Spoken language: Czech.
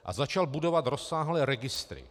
A začal budovat rozsáhlé registry.